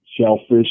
shellfish